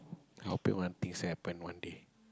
I'll pray one things to happen one day